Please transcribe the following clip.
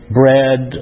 bread